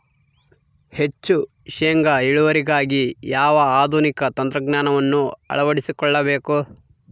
ಹೆಚ್ಚು ಶೇಂಗಾ ಇಳುವರಿಗಾಗಿ ಯಾವ ಆಧುನಿಕ ತಂತ್ರಜ್ಞಾನವನ್ನು ಅಳವಡಿಸಿಕೊಳ್ಳಬೇಕು?